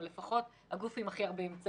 או לפחות הגוף עם הכי הרבה אמצעים,